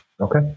okay